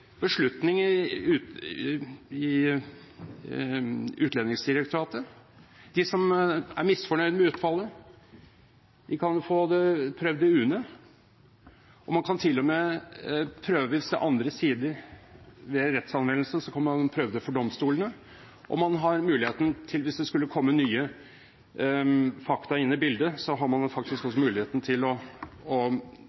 beslutninger i Utlendingsdirektoratet. De som er misfornøyd med utfallet, kan få prøvd saken sin i UNE, og man kan til og med – hvis det er andre sider ved rettsanvendelsen – få prøvd saken sin i domstolene. Hvis det skulle komme nye fakta inn i bildet, har man faktisk også muligheten til å